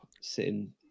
sitting